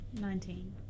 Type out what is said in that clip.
Nineteen